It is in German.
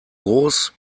groß